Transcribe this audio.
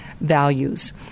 Values